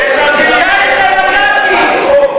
19 מנדטים.